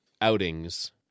outings